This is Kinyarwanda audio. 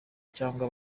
cyangwa